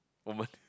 woman